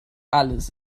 alles